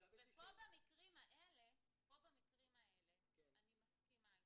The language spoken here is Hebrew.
ופה במקרים האלה אני מסכימה איתכם,